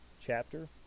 chapter